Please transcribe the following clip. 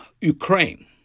Ukraine